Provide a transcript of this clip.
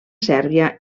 sèrbia